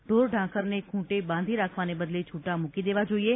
ઢોરઢાંખરને ખુંટે બાંધી રાખવાને બદલે છુટ્ટા મુકી દેવા જોઇએ